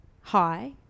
Hi